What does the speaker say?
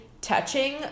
touching